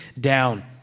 down